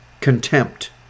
contempt